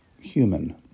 human